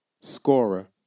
scorer